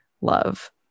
love